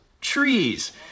Trees